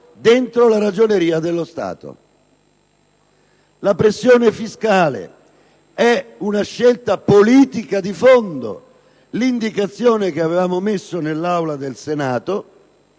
La pressione fiscale è una scelta politica di fondo. L'opzione che avevamo adottato nell'Aula del Senato